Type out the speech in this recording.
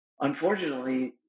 unfortunately